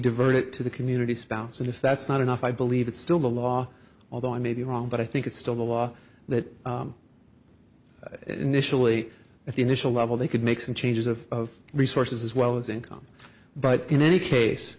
diverted to the community spouse and if that's not enough i believe it's still the law although i may be wrong but i think it's still the law that initially at the initial level they could make some changes of resources as well as income but in any case